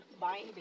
buying